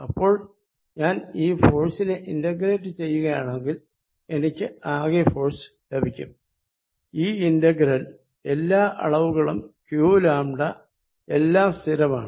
ഇപ്പോൾ ഞാൻ ഈ ഫോഴ്സിനെ ഇന്റഗ്രേറ്റ് ചെയ്യുകയാണെങ്കിൽ എനിക്ക് ആകെ ഫോഴ്സ് ലഭിക്കും ഈ ഇന്റഗ്രൽ എല്ലാ അളവുകളും qλ എല്ലാം സ്ഥിരമാണ്